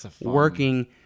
working